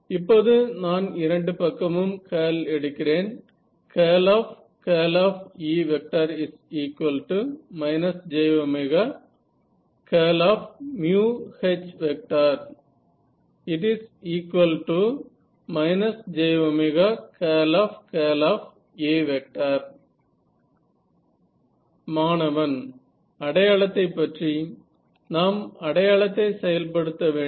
இப்போது நான் இரண்டு பக்கமும் கர்ல் எடுக்கிறேன் E j jA மாணவன் அடையாளத்தைப் பற்றி நாம் அடையாளத்தை செயல்படுத்த வேண்டும்